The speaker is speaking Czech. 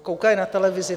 Koukají na televizi.